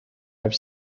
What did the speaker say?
i’ve